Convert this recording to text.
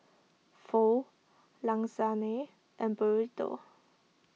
Pho Lasagne and Burrito